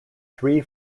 three